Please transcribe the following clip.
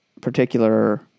particular